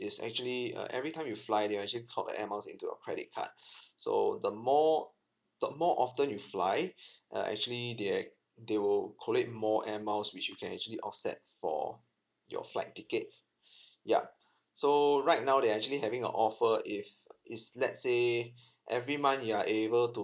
is actually uh every time you fly they'll actually top the air miles into your credit card so the more the more often you fly uh actually they they will collect more air miles which you can actually offsets for your flight tickets ya so right now they're actually having a offer if is let's say every month you are able to